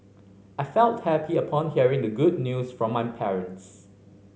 I felt happy upon hearing the good news from my parents